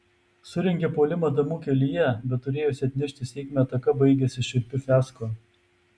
surengia puolimą damų kelyje bet turėjusi atnešti sėkmę ataka baigiasi šiurpiu fiasko